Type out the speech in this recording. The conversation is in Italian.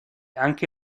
anche